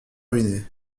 ruiné